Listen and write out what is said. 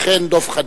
וכן דב חנין,